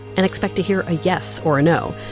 and expect to hear a yes or a no?